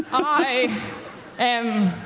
i am,